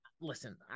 listen